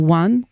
one